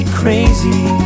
crazy